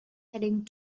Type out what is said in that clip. heading